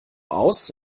aus